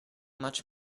much